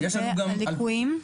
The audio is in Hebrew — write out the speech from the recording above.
והליקויים?